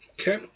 Okay